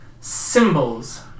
symbols